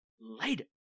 later